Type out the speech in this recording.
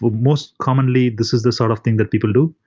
but most commonly, this is the sort of thing that people do.